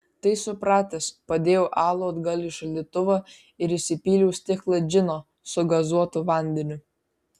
tai supratęs padėjau alų atgal į šaldytuvą ir įsipyliau stiklą džino su gazuotu vandeniu